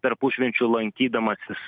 tarpušvenčiu lankydamasis